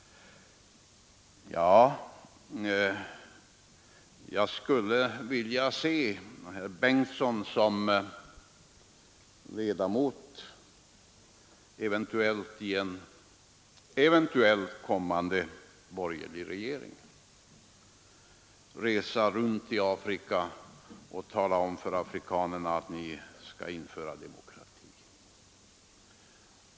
Ja, jag skulle vilja se herr Bengtson som ledamot av en eventuell kommande borgerlig regering resa runt i Afrika och tala om för afrikanerna att de skall införa demokrati.